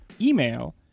Email